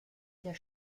der